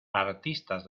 artistas